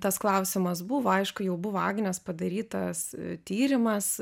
tas klausimas buvo aišku jau buvo agnės padarytas tyrimas